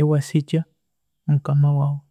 ewasikya mukama waghu.